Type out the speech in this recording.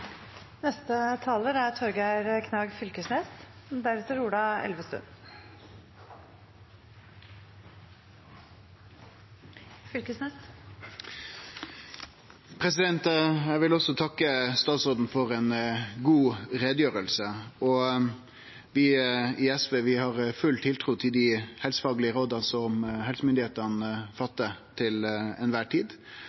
Eg vil også takke statsråden for ei god utgreiing. Vi i SV har full tiltru til dei helsefaglege råda som helsemyndigheitene